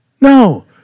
No